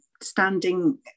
standing